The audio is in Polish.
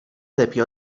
lepiej